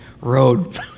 road